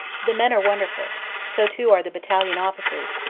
the men are wonderful so too are the battalion officers,